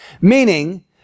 Meaning